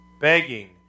begging